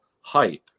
hype